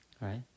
right